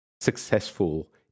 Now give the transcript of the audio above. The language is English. successful